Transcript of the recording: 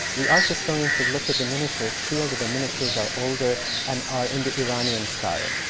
the art historians who looked at the miniatures feel that the miniatures are older and are in the iranian style.